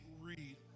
read